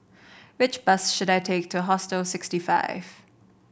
which bus should I take to Hostel sixty five